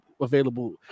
available